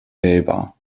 wählbar